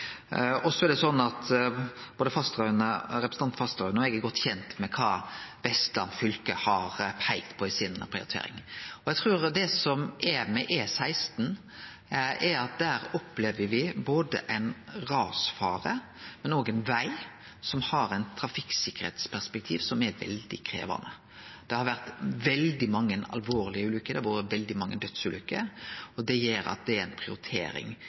Både representanten Fasteraune og eg er godt kjende med kva Vestland fylke har peikt på i prioriteringa si. Eg trur det som er med E16, er at der opplever me både ein rasfare og ein veg som i eit trafikktryggingsperpektiv er veldig krevjande. Det har vore veldig mange alvorlege ulukker, det har vore veldig mange dødsulukker, og det gjer at det er ei prioritering